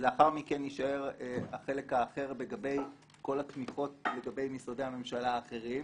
לאחר מכן יישאר החלק האחר לגבי כל התמיכות לגבי משרדי הממשלה האחרים